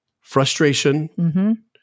frustration